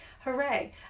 hooray